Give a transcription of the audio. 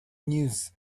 news